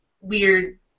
weird